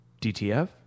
DTF